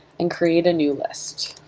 and create a new list.